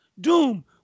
Doom